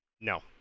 No